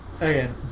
Again